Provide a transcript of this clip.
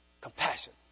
Compassion